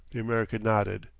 the american nodded.